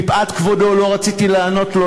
מפאת כבודו לא רציתי לענות לו,